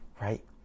right